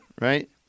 Right